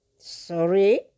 Sorry